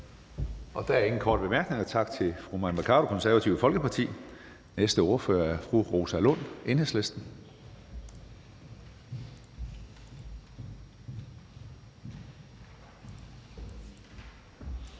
Der er ingen korte bemærkninger. Tak til fru Mai Mercado, Det Konservative Folkeparti. Næste ordfører er fru Rosa Lund, Enhedslisten.